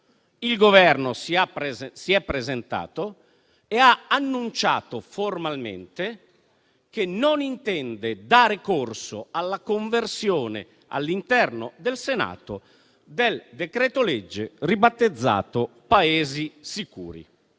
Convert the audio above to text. il Governo si è presentato e ha annunciato formalmente che non intende dare corso alla conversione all'interno del Senato del decreto-legge ribattezzato Paesi sicuri